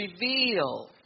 reveal